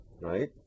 right